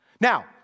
Now